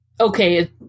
okay